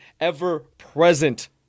ever-present